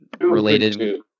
related